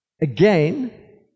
Again